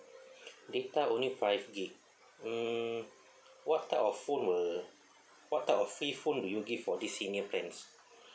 data only five gig mm what type of phone will what type of free phone do you give for this senior plans